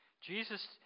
Jesus